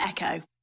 Echo